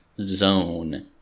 zone